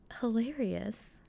hilarious